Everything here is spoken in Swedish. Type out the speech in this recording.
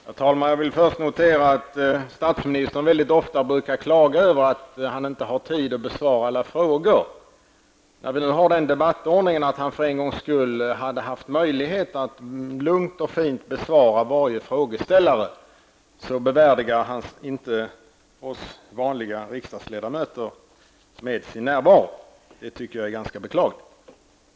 Herr talman! Jag vill först notera att statsministern mycket ofta brukar klaga över att han inte har tid att besvara alla frågor. När vi nu har en debattordning, där han för en gångs skull har möjlighet att lugnt och fint besvara varje frågeställare, bevärdigar han inte oss vanliga riksdagsledamöter med sin närvaro. Det tycker jag är ganska beklagligt.